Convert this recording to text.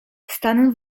stan